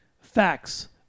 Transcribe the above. facts